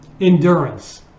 endurance